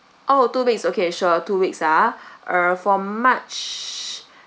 oh two weeks okay sure two weeks ah uh for march